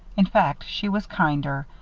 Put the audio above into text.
in fact, she was kinder,